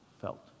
felt